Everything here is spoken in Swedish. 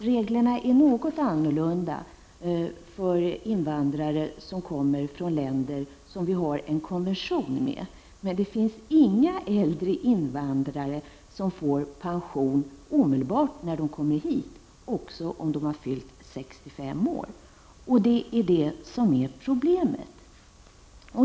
Reglerna är något annorlunda för de invandrare som kommer från länder som vi har en konvention med. Men det finns inga äldre invandrare som får pension omedelbart när de har kommit hit, även om de har fyllt 65 år. Det är detta som är problemet.